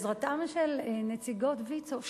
בעזרתן של נציגות ויצו,